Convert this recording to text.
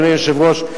אדוני היושב-ראש,